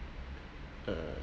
uh